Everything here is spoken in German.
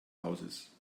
hauses